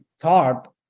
thought